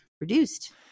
reduced